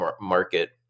market